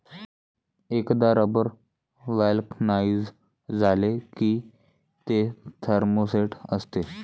एकदा rubber vulcanise झाले की ते थर्मोसेट असते